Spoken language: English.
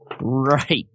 Right